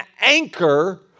anchor